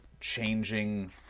changing